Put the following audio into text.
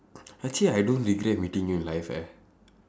actually I don't regret meeting you in life eh